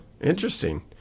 Interesting